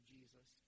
Jesus